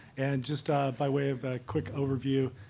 and just by way of a quick overview,